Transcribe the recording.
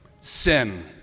Sin